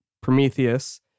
Prometheus